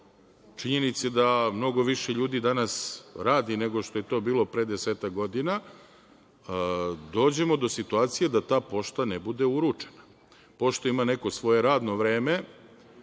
činjenica je da mnogo više ljudi danas radi nego što je to bilo pre desetak godina, dođemo do situacije da ta pošta ne bude uručena. Pošta ima neko svoje radno vreme,